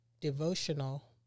Devotional